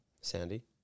sandy